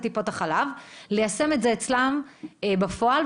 טיפות החלב וליישם את זה אצלן בפועל,